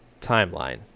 timeline